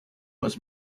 was